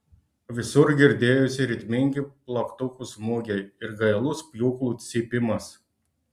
visur girdėjosi ritmingi plaktukų smūgiai ir gailus pjūklų cypimas